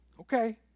Okay